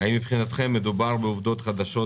האם מבחינתכם מדובר בעובדות חדשות,